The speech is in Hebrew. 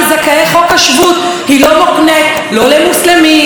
היא לא מוקנית לא למוסלמים ולא לנוצרים.